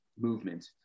movement